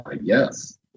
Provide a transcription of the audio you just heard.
yes